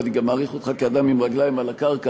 ואני גם מעריך אותך כאדם עם רגליים על הקרקע,